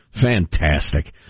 fantastic